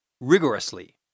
Rigorously